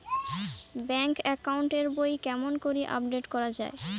Bank account এর বই কেমন করি আপডেট করা য়ায়?